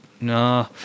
no